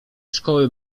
szkoły